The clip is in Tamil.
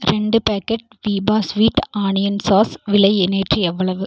ரெண்டு packet Veeba sweet onion sauce விலை நேற்று எவ்வளவு